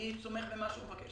אני סומך על מה שהוא מבקש.